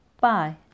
Bye